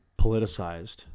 politicized